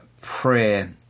prayer